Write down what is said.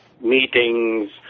meetings